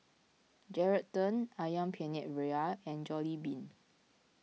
Geraldton Ayam Penyet Ria and Jollibean